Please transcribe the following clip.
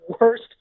worst